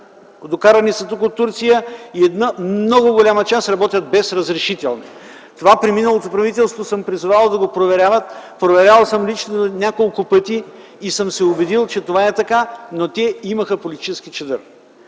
докарани тук от Турция, като много голяма част от тях работят без разрешителни. При миналото правителство съм призовавал това да бъде проверявано, проверявал съм лично няколко пъти и съм се убедил, че това е така, но те имаха политически чадър.